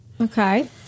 Okay